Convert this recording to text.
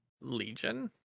Legion